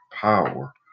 Power